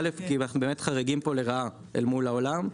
א' כי אנחנו באמת חריגים פה לרעה אל מול העולם,